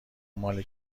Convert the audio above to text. مال